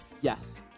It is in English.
Yes